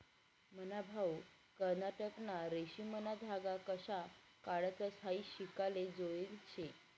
मन्हा भाऊ कर्नाटकमा रेशीमना धागा कशा काढतंस हायी शिकाले जायेल शे